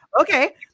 okay